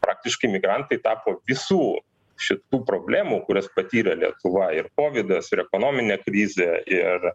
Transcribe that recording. praktiškai migrantai tapo visų šitų problemų kurias patyrė lietuva ir kovidas ir ekonominė krizė ir